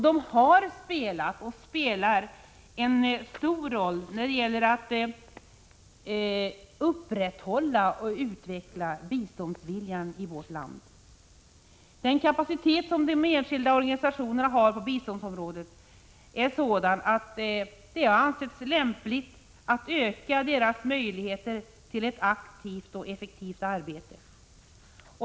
De har spelat och spelar en stor roll när det gäller att upprätthålla och utveckla biståndsviljan i vårt land. Den kapacitet som de enskilda organisationerna har på biståndsområdet är sådan att det ansetts lämpligt att öka deras möjligheter till ett aktivt och effektivt arbete.